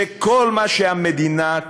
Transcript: שכל מה שהמדינה,